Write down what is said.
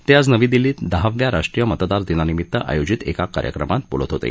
ते आज नवी दिल्लीत दहाव्या राष्ट्रीय मतदार दिनानिमित्त आयोजित एका कार्यक्रमात बोलत होते